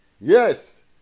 Yes